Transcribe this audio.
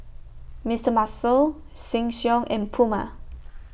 Mister Muscle Sheng Siong and Puma